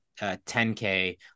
10k